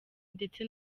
ndetse